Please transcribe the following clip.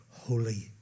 holy